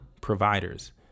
providers